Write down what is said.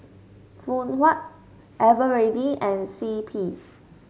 Phoon Huat Eveready and C P